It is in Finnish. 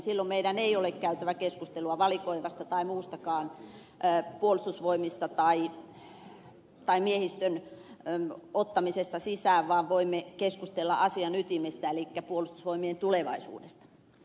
silloin meidän ei ole käytävä keskustelua valikoivista tai muistakaan puolustusvoimista tai miehistön ottamisesta sisään vaan voimme keskustella asian ytimestä elikkä puolustusvoimien tulevaisuudesta